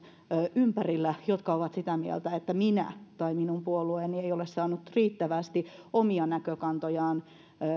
ympärillä jotka ovat sitä mieltä että he tai heidän puolueensa eivät ole saaneet riittävästi omia näkökantojamme